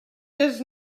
does